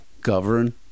Govern